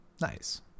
Nice